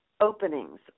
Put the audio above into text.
Openings